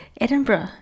Edinburgh